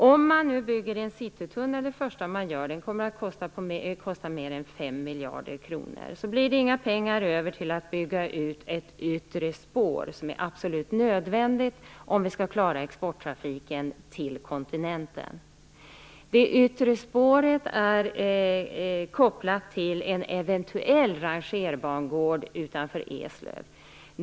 Om man bygger en Citytunnel det första man gör kommer den att kosta mer än 5 miljarder kronor. Då blir det inte några pengar över till att bygga ut ett yttre spår, som är absolut nödvändigt om vi skall klara exporttrafiken till kontinenten. Det yttre spåret är kopplat till en eventuell rangerbangård utanför Eslöv.